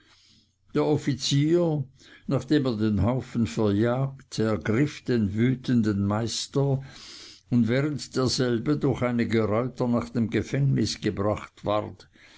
der offizier nachdem er den haufen verjagt ergriff den wütenden meister und während derselbe durch einige reuter nach dem gefängnis gebracht ward